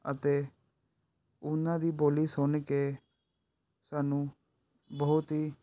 ਅਤੇ ਉਹਨਾਂ ਦੀ ਬੋਲੀ ਸੁਣ ਕੇ ਸਾਨੂੰ ਬਹੁਤ ਹੀ